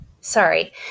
sorry